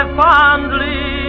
fondly